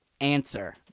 answer